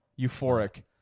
Euphoric